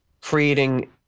creating